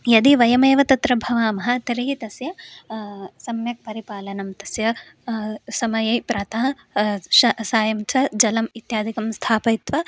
यदि वयमेव तत्र भवामः तर्हि तस्य सम्यक् परिपालनं तस्य समये प्रातः शा सायं च जलम् इत्यादिकं स्थापयित्वा